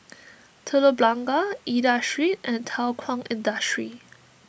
Telok Blangah Aida Street and Thow Kwang Industry